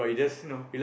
no